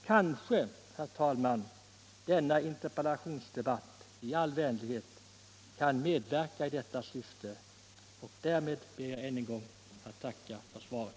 Kanske kan denna interpellationsdebatt, i all vänlighet, medverka i detta syfte. Därmed ber jag, herr talman, att än en gång få tacka för svaret.